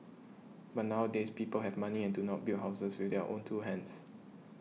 but nowadays people have money and do not build houses with their own two hands